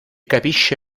capisce